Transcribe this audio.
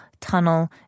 tunnel